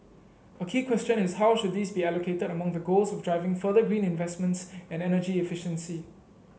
a key question is how should these be allocated among the goals of driving further green investments and energy efficiency